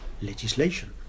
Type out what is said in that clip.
legislation